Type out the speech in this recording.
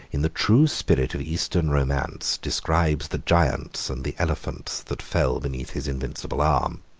in the true spirit of eastern romance, describes the giants and the elephants that fell beneath his invincible arm.